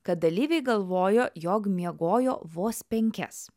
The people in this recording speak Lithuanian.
kad dalyviai galvojo jog miegojo vos penkias